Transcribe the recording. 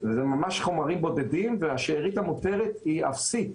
זה ממש חומרים בודדים והשארית המותרת היא אפסית.